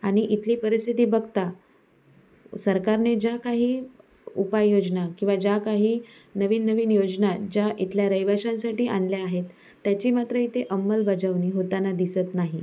आणि इथली परिस्थिती बघता सरकारनी ज्या काही उपाययोजना किंवा ज्या काही नवीननवीन योजना ज्या इथल्या रहिवाशांसाठी आणल्या आहेत त्याची मात्र इथे अंमलबजावणी होताना दिसत नाही